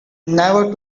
never